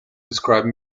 describe